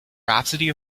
rhapsody